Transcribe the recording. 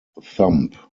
thumb